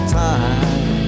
time